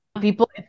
People